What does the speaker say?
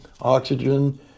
oxygen